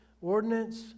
ordinance